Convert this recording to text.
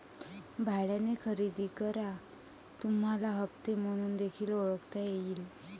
भाड्याने खरेदी करा तुम्हाला हप्ते म्हणून देखील ओळखता येईल